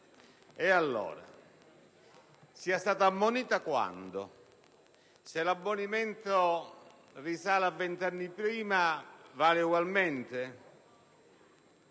Ma sia stata ammonita quando? Se l'ammonimento risale a vent'anni prima, vale ugualmente?